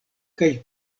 kaj